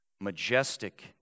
majestic